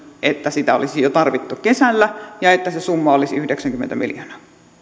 että niitä olisi tarvittu jo kesällä ja että se summa olisi yhdeksänkymmentä miljoonaa